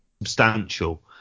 substantial